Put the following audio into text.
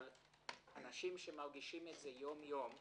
אבל אנשים שמרגישים את זה יום-יום,